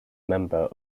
member